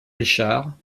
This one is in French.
richard